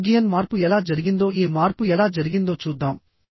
cyborgian మార్పు ఎలా జరిగిందో ఈ మార్పు ఎలా జరిగిందో చూద్దాం